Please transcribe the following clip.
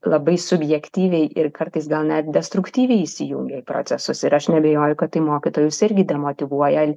labai subjektyviai ir kartais gal net destruktyviai įsijungia į procesus ir aš neabejoju kad tai mokytojus irgi demotyvuoja